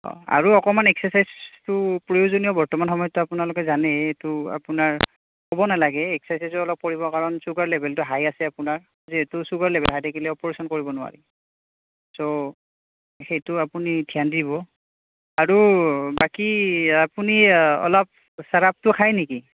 আৰু অকণমান এক্সাৰচাইজটো প্ৰয়োজনীয় বৰ্তমান সময়তটো আপোনালোকে জানেই এইটো আপোনাৰ ক'ব নালাগে এক্সাৰচাইজো অলপ কৰিব কাৰণ চুগাৰ লেভেলটো হাই আছে আপোনাৰ যিহেটো চুগাৰ লেভেল হাই থাকিলে অপাৰেশ্যন কৰিব নোৱাৰি চ' সেইটো আপুনি ধ্যান দিব আৰু বাকী আপুনি অলপ চাৰাপটো খায় নেকি